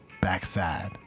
Backside